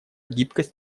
гибкость